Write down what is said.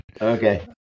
Okay